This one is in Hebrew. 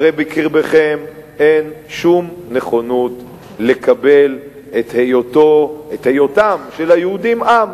הרי בקרבכם אין שום נכונות לקבל את היותם של היהודים עם.